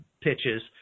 pitches